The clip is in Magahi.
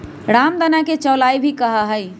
रामदाना के चौलाई भी कहा हई